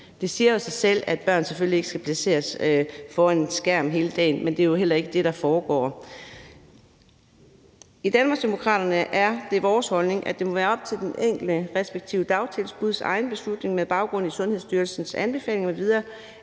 Det siger jo sig selv, at børn selvfølgelig ikke skal placeres foran en skærm hele dagen, men det er jo heller ikke det, der foregår. I Danmarksdemokraterne er det vores holdning, at det må være op til det enkelte dagtilbud og være deres egen beslutning med baggrund i Sundhedsstyrelsens anbefalinger m.v.